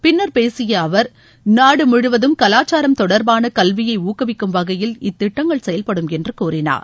பின்னர் பேசிய அவர் நாடு முழுவதும் கலாச்சாரம் தொடர்பான கல்வியை ஊக்குவிக்கும் வகையில் இத்திட்டங்கள் செயல்படும் என்று கூறினார்